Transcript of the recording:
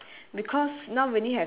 or it's just